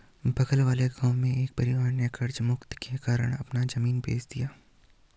बगल वाले गांव में एक परिवार ने कर्ज मुक्ति के कारण अपना जमीन बेंच दिया